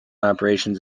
operations